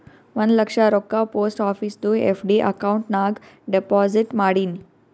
ಒಂದ್ ಲಕ್ಷ ರೊಕ್ಕಾ post ಆಫೀಸ್ದು FD account ನಾಗ್ deposit ಮಾಡಿನ್